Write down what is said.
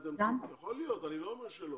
יכול להיות, אני לא אמר שלא.